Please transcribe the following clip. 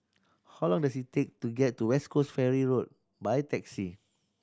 how long does it take to get to West Coast Ferry Road by taxi